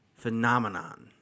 Phenomenon